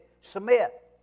submit